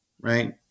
right